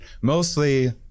mostly